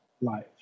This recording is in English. life